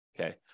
okay